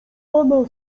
pana